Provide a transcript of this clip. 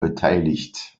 beteiligt